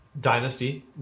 dynasty